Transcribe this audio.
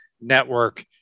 Network